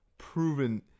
proven